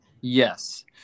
Yes